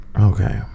Okay